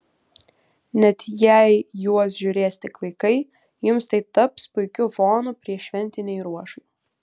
net jei juos žiūrės tik vaikai jums tai taps puikiu fonu prieššventinei ruošai